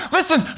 Listen